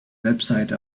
website